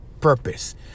purpose